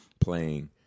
playing